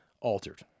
altered